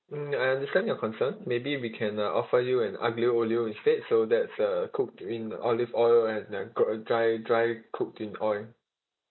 mm I understand your concern maybe we can uh offer you an aglio olio instead so that's uh cooked in olive oil and uh cook uh dry dry cooking oil